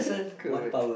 correct